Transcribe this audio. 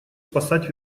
спасать